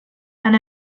and